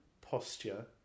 posture